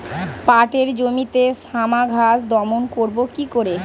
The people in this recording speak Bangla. পাটের জমিতে শ্যামা ঘাস দমন করবো কি করে?